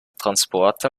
transporter